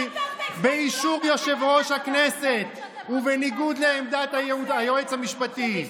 באישור יושב-ראש הכנסת ובניגוד לעמדת היועץ המשפטי.